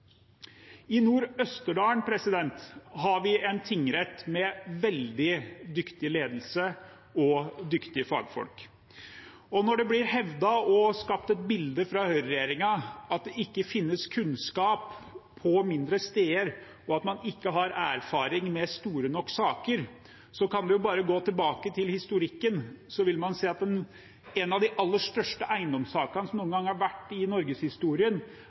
har vi en tingrett med veldig dyktig ledelse og dyktige fagfolk. Når det blir hevdet og skapt et bilde fra høyreregjeringen av at det ikke finnes kunnskap på mindre steder, og at man ikke har erfaring med store nok saker, kan vi bare gå tilbake til historikken, så vil man se at en av de aller største eiendomssakene som noen gang har vært i norgeshistorien,